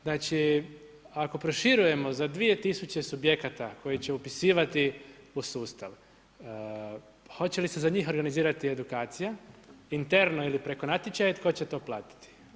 Znači ako proširujemo za 2000 subjekata, koji će upisivati u sustav, hoće li se za njih organizirati edukacija, interno ili preko natječaja i tko će to platiti?